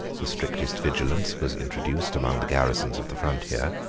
the strictest vigilance was introduced among the garrisons of the frontier,